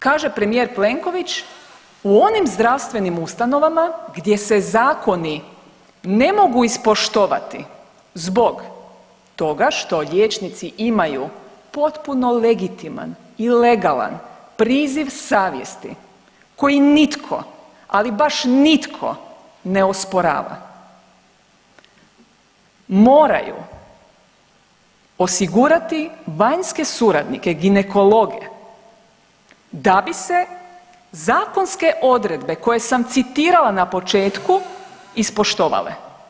I onda kaže premijer Plenković u onim zdravstvenim ustanovama gdje se zakoni ne mogu ispoštovati zbog toga što liječnici imaju potpuno legitiman i legalan priziv savjesti koji nitko, ali baš nitko ne osporava moraju osigurati vanjske suradnike ginekologe da bi se zakonske odredbe koje sam citirala na početku ispoštovale.